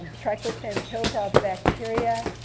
triclosan kills all the bacteria.